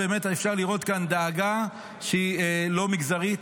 אפשר לראות כאן דאגה שהיא לא מגזרית,